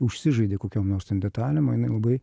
užsižaidi kokiom nors ten detalėm o jinai labai